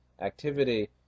activity